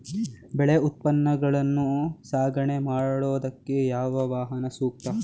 ಬೆಳೆ ಉತ್ಪನ್ನಗಳನ್ನು ಸಾಗಣೆ ಮಾಡೋದಕ್ಕೆ ಯಾವ ವಾಹನ ಸೂಕ್ತ?